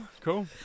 Cool